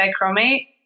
dichromate